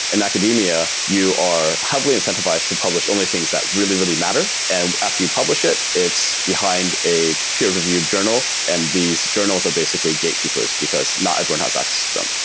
in academia, you are heavily incentivized to publish only things that really, really matter. and after you publish it, it's behind a peer-reviewed journal. and these journals are basically gatekeepers, because not everyone has access to them.